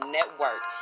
Network